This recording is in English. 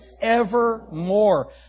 evermore